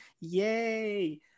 Yay